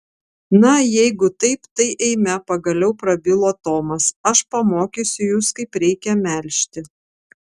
na jeigu taip tai eime pagaliau prabilo tomas aš pamokysiu jus kaip reikia melžti